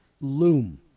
loom